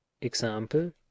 example